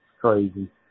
crazy